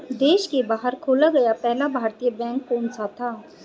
देश के बाहर खोला गया पहला भारतीय बैंक कौन सा था?